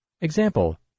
Example